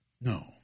No